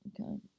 Okay